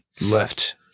left